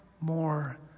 more